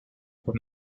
quan